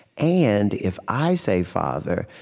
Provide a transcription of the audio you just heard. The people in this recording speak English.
and if i say father,